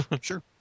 Sure